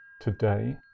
Today